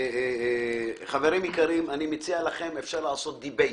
חברים יקרים, אפשר לעשות דיבייט.